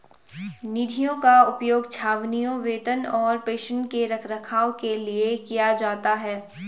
निधियों का उपयोग छावनियों, वेतन और पेंशन के रखरखाव के लिए किया जाता है